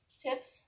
tips